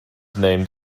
named